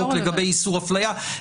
לגבי איסור אפליה,